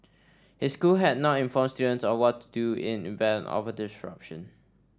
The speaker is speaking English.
his school had not informed students of what to do in event of a disruption